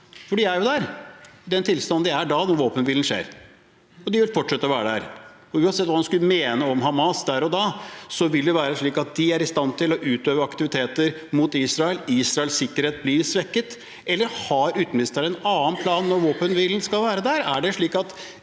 for de er jo der, i den tilstanden de er i når våpenhvilen skjer, og de vil fortsette å være der. Uansett hva man skulle mene om Hamas der og da, vil det være slik at de er i stand til å utøve aktiviteter mot Israel. Israels sikkerhet blir svekket. Eller har utenriksministeren en annen plan når våpenhvilen skal være der?